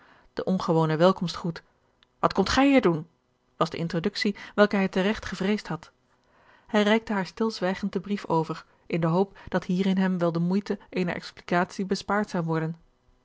de ongewone welkomstgroet wat komt gij hier doen was de introductie welke hij teregt gevreesd had hij reikte haar stilzwijgend den brief over in de hoop dat hierin hem wel de moeite eener explicatie bespaard zou worden